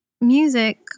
music